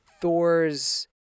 thor's